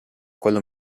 quello